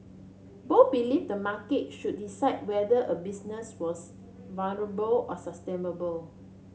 both believe the market should decide whether a business was or sustainable